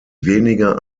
weniger